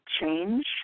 change